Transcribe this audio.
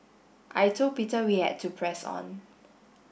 I told Peter we had to press on